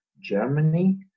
Germany